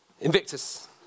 Invictus